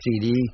CD